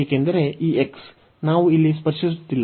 ಏಕೆಂದರೆ ಈ x ನಾವು ಇಲ್ಲಿ ಸ್ಪರ್ಶಿಸುತ್ತಿಲ್ಲ